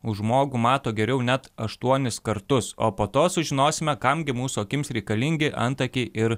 už žmogų mato geriau net aštuonis kartus o po to sužinosime kam gi mūsų akims reikalingi antakiai ir